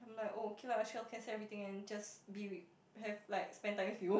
oh okay lah I shall cancel everything and just be with have like spend time with you